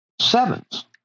sevens